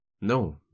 No